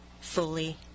fully